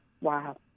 wow